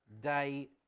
day